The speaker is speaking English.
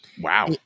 Wow